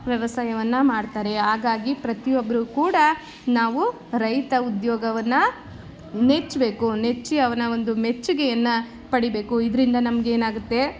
ವ್ಯವಸಾಯವನ್ನು ಮಾಡ್ತಾರೆ ಹಾಗಾಗಿ ಪ್ರತಿಯೊಬ್ರು ಕೂಡಾ ನಾವು ರೈತ ಉದ್ಯೋಗವನ್ನು ನೆಚ್ಬೇಕು ನೆಚ್ಚಿ ಅವನ ಒಂದು ಮೆಚ್ಚುಗೆಯನ್ನು ಪಡಿಬೇಕು ಇದರಿಂದ ನಮಗೇನಾಗುತ್ತೆ